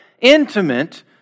intimate